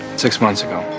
six months ago